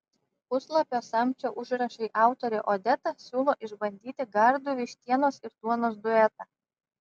puslapio samčio užrašai autorė odeta siūlo išbandyti gardų vištienos ir duonos duetą